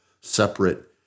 separate